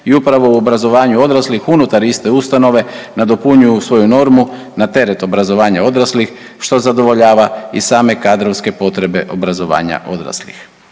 i upravo u obrazovanju odraslih unutar iste ustanove nadopunjuju svoju normu na teret obrazovanja odraslih, što zadovoljava i same kadrovske potrebe obrazovanja odraslih.